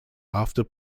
after